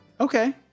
Okay